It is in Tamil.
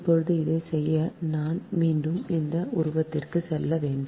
இப்போது இதை செய்ய நான் மீண்டும் இந்த உருவத்திற்கு செல்ல வேண்டும்